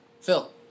Phil